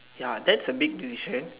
ya that's a big tuition